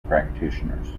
practitioners